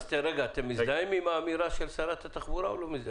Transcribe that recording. אז אתם מזדהים עם האמירה של שרת התחבורה או לא?